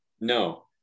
no